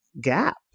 gap